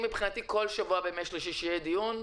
מבחינתי שבכל שבוע בימי שלישי יהיה דיון,